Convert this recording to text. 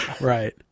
Right